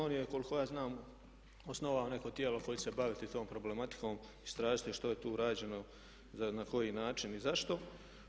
On je koliko ja znam osnovao neko tijelo koje će se baviti tom problematikom i istražiti što je tu rađeno na koji način i zašto.